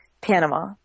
Panama